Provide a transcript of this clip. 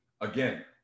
Again